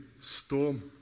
storm